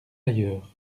ailleurs